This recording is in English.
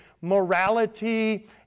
morality